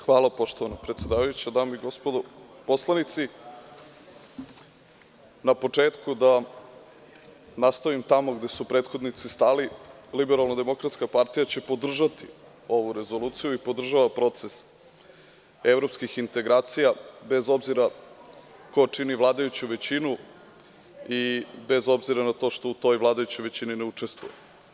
Hvala poštovana predsedavajuća, dame i gospodo poslanici, na početku da nastavim tamo gde su prethodnici stali, LDP će podržati ovu rezoluciju i podržava proces evropskih integracija bez obzira ko čini vladajuću većinu i bez obzira na to što u toj vladajućoj većini ne učestvuje.